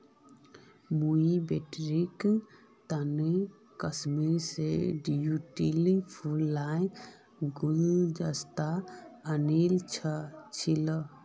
मुई बेटीर तने कश्मीर स ट्यूलि फूल लार गुलदस्ता आनील छि